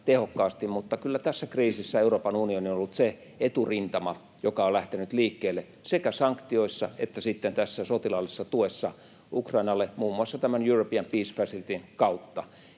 mutta kyllä tässä kriisissä Euroopan unioni on ollut se eturintama, joka on lähtenyt liikkeelle sekä sanktioissa että sitten tässä sotilaallisessa tuessa Ukrainalle muun muassa tämän European Peace Facilityn kautta.